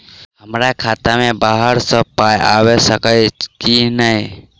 हमरा खाता मे बाहर सऽ पाई आबि सकइय की नहि?